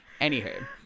Anywho